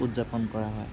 উদযাপন কৰা হয়